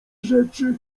rzeczy